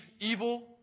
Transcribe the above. evil